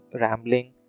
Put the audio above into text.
rambling